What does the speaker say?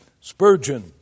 Spurgeon